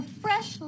fresh